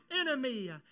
enemy